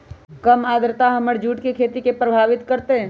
कम आद्रता हमर जुट के खेती के प्रभावित कारतै?